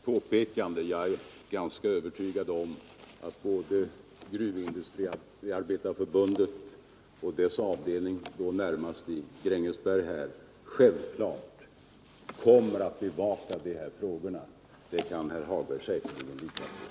Herr talman! Bara ett påpekande! Jag är övertygad om att både Gruvindustriarbetarförbundet och närmast dess avdelning i Grängesberg självklart kommer att bevaka de här frågorna. Det kan herr Hagberg säkert lita på.